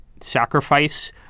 sacrifice